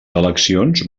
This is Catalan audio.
eleccions